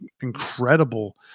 incredible